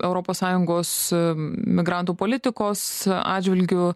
europos sąjungos migrantų politikos atžvilgiu